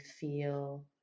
feel